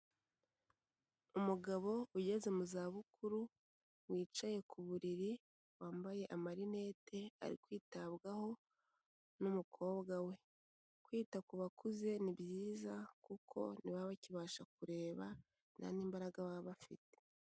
Umugabo ugeze mu zabukuru wicaye ku buriri, wambaye amarinete, ari kwitabwaho n'umukobwa we. Kwita ku bakuze ni byiza kuko ntibaba bakibasha kureba nta n'imbaraga baba bafite.